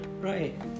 right